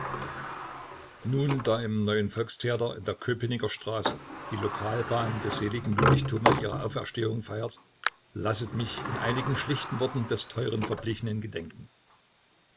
nun im neuen volkstheater in der köpenicker straße die lokalbahn des seligen ludwig thoma ihre auferstehung feiert lasset mich in einigen schlichten worten des teuren verblichenen gedenken